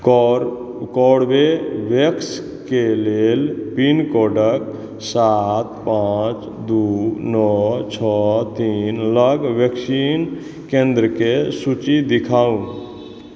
कोरबेवैक्सके लेल पिनकोडके सात पाँच दू नओ छओ तीन लग वैक्सीन केन्द्रके सूची देखाउ